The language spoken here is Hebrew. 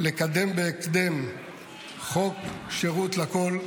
לקדם בהקדם חוק שירות לכול,